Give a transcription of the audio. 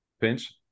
Pinch